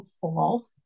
fall